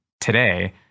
today